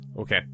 Okay